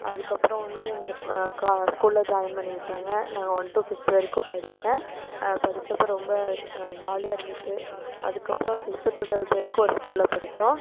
அதுக்கப்புறம் வந்து எங்களுக்கு க ஸ்கூலில் ஜாயின் பண்ணி விட்டாங்க நான் ஒன் டூ ஃபிஃப்த் வரைக்கும் படிச்சேன் நான் படிச்சப்ப ரொம்ப ஜாலியாக இருந்துச்சு அதுக்கப்புறம் சிக்ஸ்த்து டூ டுவெல்த்து வரைக்கும் ஒரு ஸ்கூலில் படிச்சோம்